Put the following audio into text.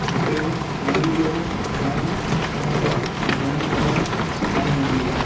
मूंखे ड्रॉइंग जो जाम शौंक़ु आहे ऐं ड्रॉइंग करण जाम वणंदी आहे